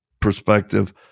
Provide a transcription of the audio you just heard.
perspective